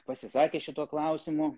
pasisakę šituo klausimu